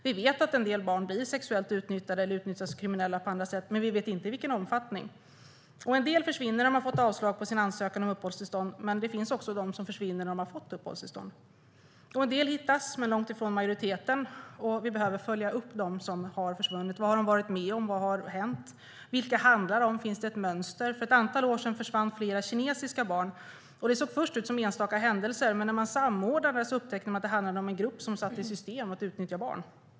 Vi vet att en del barn blir sexuellt utnyttjade eller utnyttjas av kriminella på andra sätt, men vi vet inte i vilken omfattning. En del försvinner för att de har fått avslag på sin ansökan om uppehållstillstånd, men det finns också de som försvinner när de har fått uppehållstillstånd. En del hittas men långt ifrån majoriteten. Vi behöver följa upp dem som har försvunnit: Vad har de varit med om? Vad har hänt? Vilka handlar det om? Finns det ett mönster? För ett antal år sedan försvann flera kinesiska barn. Det såg först ut som enstaka händelser, men när man samordnade det upptäckte man att det handlade om en grupp som satt i system att utnyttja barn.